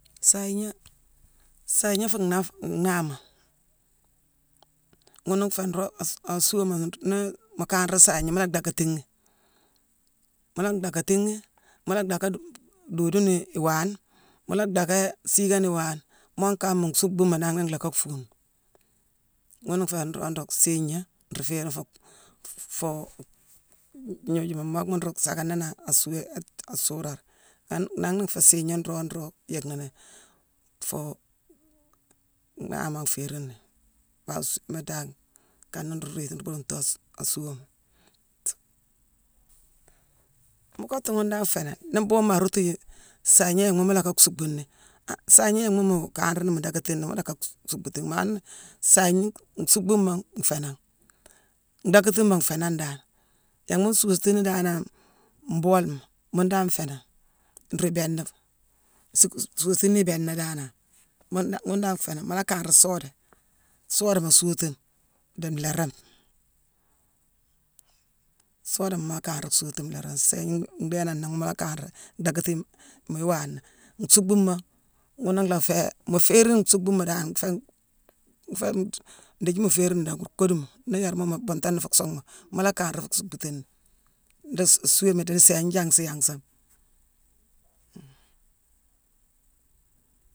Sayiigna, sayiigna fuu-naf-fuu nhaahama: ghune nféé nruu-a-asu-a suuama-nru-nii mu kanra sayigna, mu la dackatine ghi. Mu la dackatine ghi, mu la dacka-b-doodone iwaane, mu la dacké siigone iwaane, moo kama mu nsuuckbuma nangh na nlocka fuune. Ghuna nféé nroog nruu sayigna nruu féérine fuu- fuu- gnoojuma mockma nruu sackani ni aa suué-a-asuurare. Nangh- nangh na nféé sayigna nroog nruu yick nini fuu nhaahama nféérine ni. Ba suckma dan kana nruu rééti nruu boodoone tuu a suu-asuuama. Mu kottu ghune dan nféé nin nii bhuunghune ma roogtu sayigna yanghma mu lacka suuckbuni, an sayigna yanghma mu kanra ni, mu dackatine ni, mu lacka suuckbuti ghi ni. Maa sayigna suukcbuma nféé nangh, ndackatima nféé nangh dan. Yanghma mu suusatini danane mboolema ghune dan nféé nangh, nruu ibééna-suuck- suuck- suusétini ibééna danane ghune-ghune dan nféé nangh. Mu la kanra soodé, soodama suusétine dii nléérame. Soodama mu la kanra suusétine nlééranghma. Sayigne ghune ndéé nangh nnéé mu la kanra dackatine muyi iwaana. Nsuuckbuma, ghune nlhaa féé-mu féérine suuckbuma dan nféé- nféé ndiiji mu féérine ni danga kooduma. Nii yéérma mu buuntani fuu suunghma. Mu la kanra fuu suuckbutini. Nruu suuéma idiini sayigne njanghsi yanghsima.